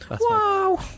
Wow